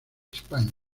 españa